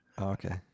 Okay